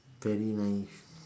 very naive